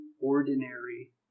ordinary